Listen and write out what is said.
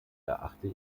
erachte